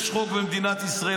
יש חוק במדינת ישראל.